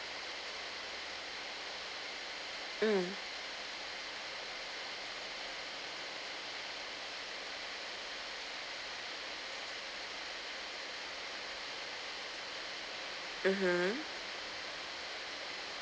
mm mmhmm